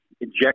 inject